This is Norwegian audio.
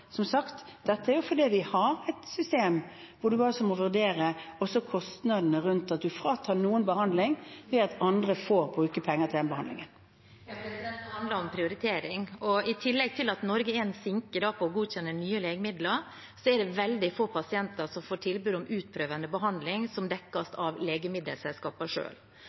som sagt har vi et system hvor man også må vurdere kostnadene rundt at en fratar noen behandling når andre får bruke penger til denne behandlingen. Sylvi Listhaug – til oppfølgingsspørsmål. Det handler om prioritering, og i tillegg til at Norge er en sinke når det gjelder å godkjenne nye legemidler, er det veldig få pasienter som får tilbud om utprøvende behandling som dekkes av